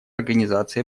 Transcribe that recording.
организации